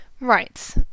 right